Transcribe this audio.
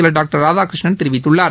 செயலர் டாக்டர் ராதாகிருஷ்ணன் தெரிவித்துள்ளார்